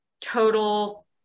total